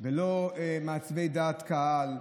ולא מעצבי דעת קהל.